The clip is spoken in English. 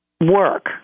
work